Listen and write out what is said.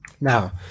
Now